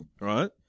Right